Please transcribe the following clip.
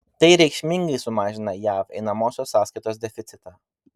tai reikšmingai sumažina jav einamosios sąskaitos deficitą